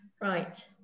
right